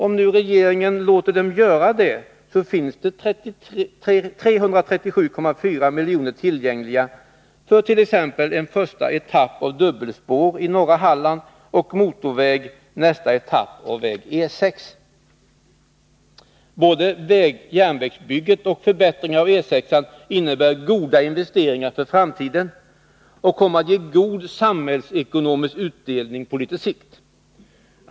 Om regeringen låter Vattenfall göra det, finns det 337,4 miljoner tillgängliga för t.ex. en första etapp av dubbelspår i norra Halland och motorväg för nästa etapp av E 6-an. Både järnvägsbygget och förbättringen av E 6-an innebär goda investe ringar för framtiden och kommer att ge god samhällsekonomisk utdelning på litet sikt.